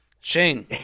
Shane